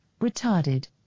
retarded